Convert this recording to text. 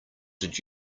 did